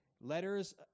letters